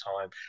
time